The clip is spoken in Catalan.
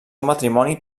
matrimoni